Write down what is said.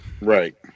right